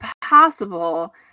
possible